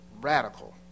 radical